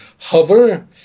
hover